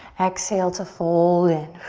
exhale to fold in.